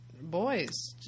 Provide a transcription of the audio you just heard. boys